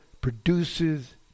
produces